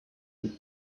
would